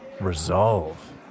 resolve